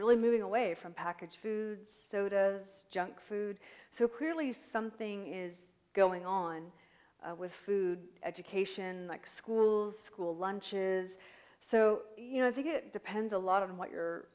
really moving away from packaged foods sodas junk food so clearly something is going on with food education like schools school lunches so i think it depends a lot of what your